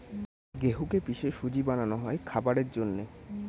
গেহুকে পিষে সুজি বানানো হয় খাবারের জন্যে